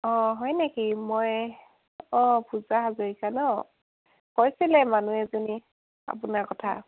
অঁ হয় নেকি মই অঁ পূজা হাজৰিকা ন কৈছিলে মানুহ এজনীয়ে আপোনাৰ কথা